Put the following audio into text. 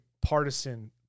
partisan